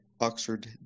Oxford